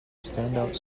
standout